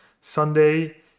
Sunday